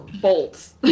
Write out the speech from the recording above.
bolts